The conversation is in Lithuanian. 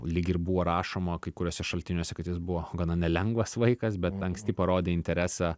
lyg ir buvo rašoma kai kuriuose šaltiniuose kad jis buvo gana nelengvas vaikas bet anksti parodė interesą